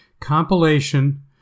compilation